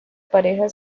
pareja